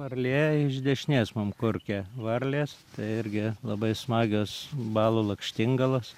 varlė iš dešinės mum kurkia varlės tai irgi labai smagios balų lakštingalos